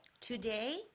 Today